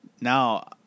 Now